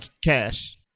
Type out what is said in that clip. Cash